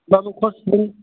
दा